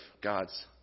God's